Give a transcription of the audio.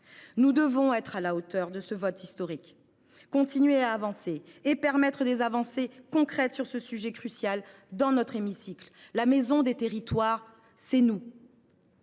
Nous devons être à la hauteur de ce vote historique, continuer à avancer et réaliser des progrès concrets sur ce sujet crucial dans notre hémicycle : la maison des territoires, c’est nous